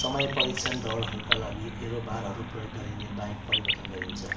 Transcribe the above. समय परीक्षण दौडहरूका लागि एरो बारहरू प्रयोग गरिने बाइक परिवर्तन गरिन्छ